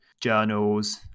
journals